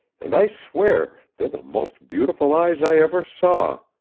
and i swear they're the most beautiful eyes i ever saw.